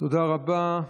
תודה רבה.